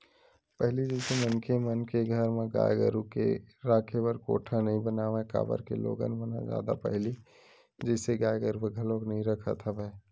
पहिली जइसे मनखे मन के घर म गाय गरु के राखे बर कोठा नइ बनावय काबर के लोगन मन ह जादा पहिली जइसे गाय गरुवा घलोक नइ रखत हवय